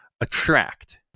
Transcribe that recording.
attract